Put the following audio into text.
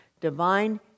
divine